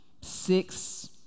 six